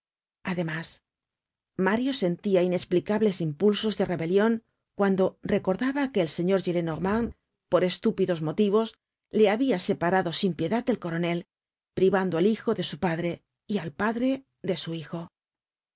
además mario sentia inesplicables impulsos de rebelion cuando recordaba que el señor gillenormand por estúpidos motivos le habia separado sin piedad del coronel privando al hijo de su padre y al padre de su hijo